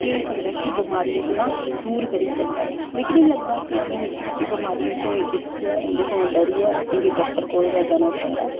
केह् होई सकदा ऐ कि बमारियें कोला दूर करी सकदा ऐ मिगी निं लगदा कि असें ई निक्की निक्की बमारियां कोई दिक्खियै उं'दे कोला डरियै असें गी डाक्टर कोल गै जाना चाहिदा